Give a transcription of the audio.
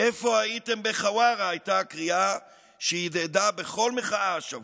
"איפה הייתם בחווארה?" הייתה הקריאה שהדהדה בכל מחאה השבוע,